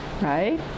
right